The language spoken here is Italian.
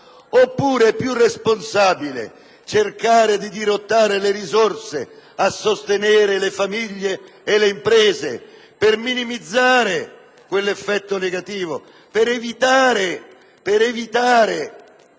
oppure è più responsabile cercare di dirottare le risorse per sostenere le famiglie e le imprese per minimizzare quell'effetto negativo, per evitare